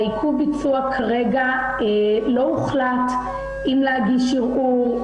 עיכוב הביצוע כרגע לא הוחלט אם להגיש ערעור,